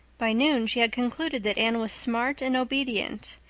by noon she had concluded that anne was smart and obedient,